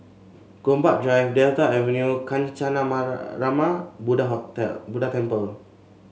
Gombak Drive Delta Avenue Kancanarama Buddlha Hotel Buddha Temple